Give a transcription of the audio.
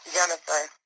Jennifer